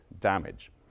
damage